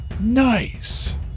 Nice